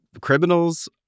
criminals